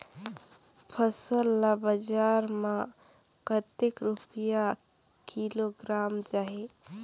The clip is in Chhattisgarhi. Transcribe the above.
फसल ला बजार मां कतेक रुपिया किलोग्राम जाही?